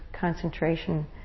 concentration